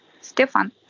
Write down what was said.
Stefan